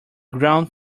ground